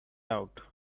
out